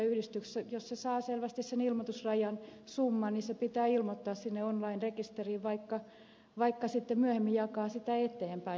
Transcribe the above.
jos yhdistys saa selvästi sen ilmoitusrajan summan niin se pitää ilmoittaa sinne online rekisteriin vaikka sitten myöhemmin jakaa sitä eteenpäin